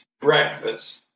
breakfast